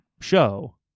show